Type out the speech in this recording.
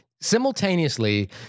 Simultaneously